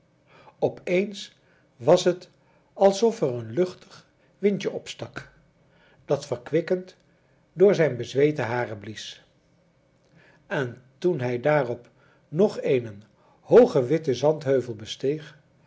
dag opeens was het alsof er een luchtig windjen opstak dat verkwikkend door zijn bezweete haren blies en toen hij daarop nog éénen hoogen witten zandheuvel